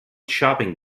shopping